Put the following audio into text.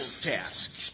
task